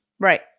Right